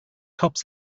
tops